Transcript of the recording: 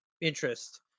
interest